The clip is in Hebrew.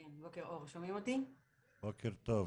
בוקר טוב,